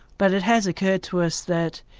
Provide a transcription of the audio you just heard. but it has occurred to us that